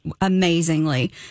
amazingly